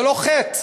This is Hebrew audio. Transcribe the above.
זה לא חטא.